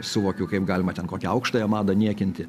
suvokiu kaip galima ten kokią aukštąją madą niekinti